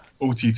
OTT